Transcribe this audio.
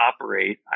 operate